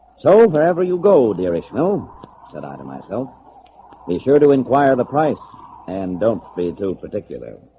so wherever you go, there is no said i to myself be sure to inquire the price and don't be too particular